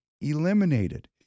eliminated